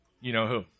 you-know-who